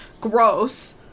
gross